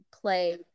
play